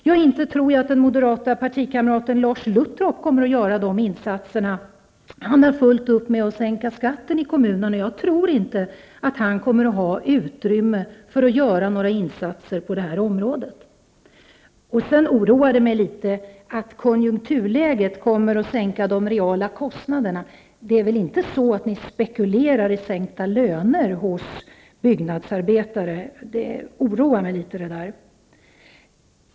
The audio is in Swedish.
Inte tror jag att den moderata partikamraten Lars Luttropp kommer att göra dessa insatser. Han har fullt upp med att sänka skatten i kommunen. Jag tror inte att han kommer att ha utrymme för att göra några insatser på detta område. Sedan blir jag litet orolig när statsrådet säger att konjunkturläget kommer att göra så att de reala kostnaderna sänks. Det är väl inte så att ni spekulerar i sänkta löner för byggnadsarbetare? Det där oroar mig litet.